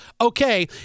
okay